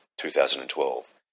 2012